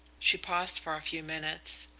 she paused for a few minutes.